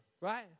right